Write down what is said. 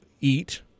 eat